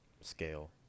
scale